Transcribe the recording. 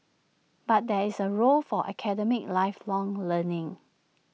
but there is A role for academic lifelong learning